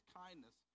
kindness